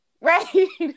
Right